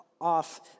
off